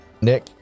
Nick